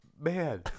Man